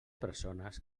persones